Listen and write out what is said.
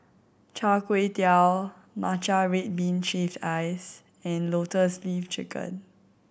Char Kway Teow matcha red bean shaved ice and Lotus Leaf Chicken